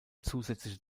zusätzlich